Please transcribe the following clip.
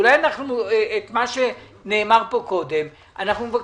אולי את מה שנאמר פה קודם, אנחנו מבקשים,